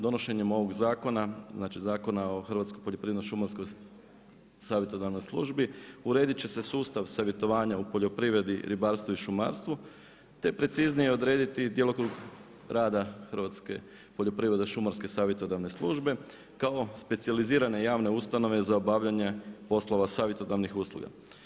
Donošenjem ovog zakona, znači Zakona o poljoprivredno-šumarskoj savjetodavnoj službi, urediti će se sustav savjetovanja u poljoprivredi, ribarstvu i šumarstvu, te preciznije odrediti djelokrug rada Hrvatske poljoprivredno-šumarske savjetodavne službe kao specijalizirane javne ustanove za obavljanje poslova savjetodavni usluga.